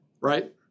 Right